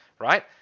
right